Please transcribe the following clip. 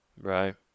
Right